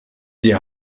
die